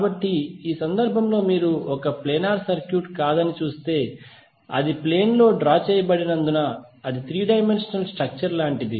కాబట్టి ఈ సందర్భం లో మీరు ఒక ప్లేనార్ సర్క్యూట్ కాదని చూస్తే అది ప్లేన్ లో డ్రా చేయబడినందున అది త్రీ డైమెన్షనల్ స్ట్రక్చర్ లాంటిది